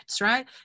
right